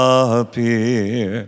appear